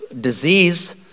disease